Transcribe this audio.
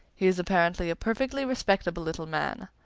he is apparently a perfectly respectable little man.